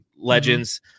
legends